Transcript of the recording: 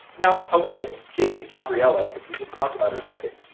now, i want to get to gabriela because we just talked about her a second,